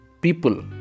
people